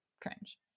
cringe